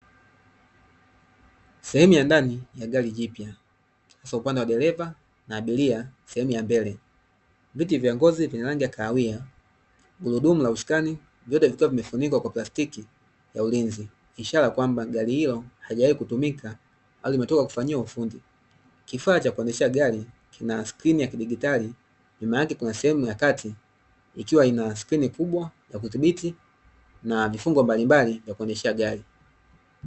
Sehemu ya ndani ya gari jipya hasa upande wa dereva na abiria sehemu ya mbele, viti vya ngozi vyenye rangi ya kahawia, gurudumu la usukani vyote vikiwa vimefunikwa kwa plastiki ya ulinzi ishara kwamba gari hiyo haijawahi kutumika bali imetoka kufanyiwa ufundi, kifaa cha kuendesha gari kina skrini ya kidigitari nyuma yake kuna sehemu ya kati ikiwa ina skrini kubwa ya kudhibiti na vifungo mbalimbali vya kuendeshea gari.